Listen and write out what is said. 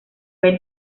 red